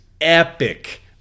epic